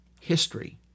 history